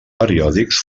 periòdics